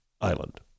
island